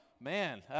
man